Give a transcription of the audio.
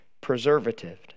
preservative